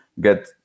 get